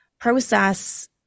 process